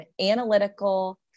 analytical